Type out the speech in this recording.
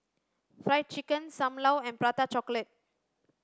fried chicken sam lau and prata chocolate